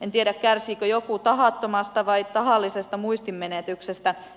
en tiedä kärsiikö joku tahattomasta vai tahallisesta muistinmenetyksestä